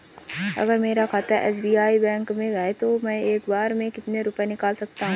अगर मेरा खाता एस.बी.आई बैंक में है तो मैं एक बार में कितने रुपए निकाल सकता हूँ?